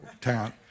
town